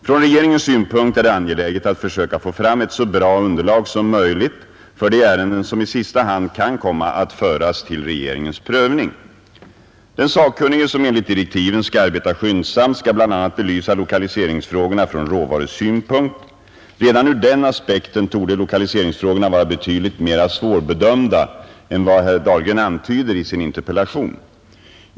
Från regeringens synpunkt är det angeläget att försöka få fram ett så bra underlag som möjligt för de ärenden som i sista hand kan komma att föras till regeringens prövning. Den sakkunnige, som enligt direktiven skall arbeta skyndsamt, skall bl.a. belysa lokaliseringsfrågorna från råvarusynpunkt. Redan ur den aspekten torde lokaliseringsfrågorna vara betydligt mera svårbedömda än vad herr Dahlgren antyder i sin interpellation.